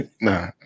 Nah